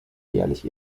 jährlich